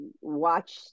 watch